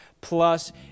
Plus